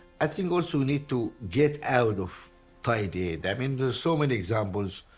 i think also need to get out of tied aid, i mean there's so many examples